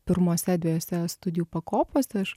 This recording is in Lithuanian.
pirmose dvejose studijų pakopose aš